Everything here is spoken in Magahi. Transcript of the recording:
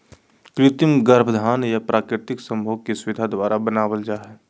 कृत्रिम गर्भाधान या प्राकृतिक संभोग की सुविधा द्वारा बनाबल जा हइ